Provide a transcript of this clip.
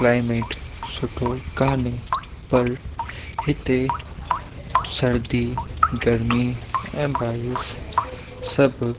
climate सुठो काने पर हिते सर्दी गर्मी ऐं बारिश सभु